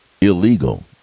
illegal